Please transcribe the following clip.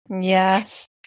Yes